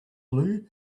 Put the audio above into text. blue